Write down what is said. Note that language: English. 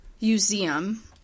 Museum